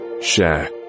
Share